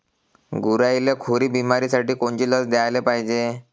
गुरांइले खुरी बिमारीसाठी कोनची लस द्याले पायजे?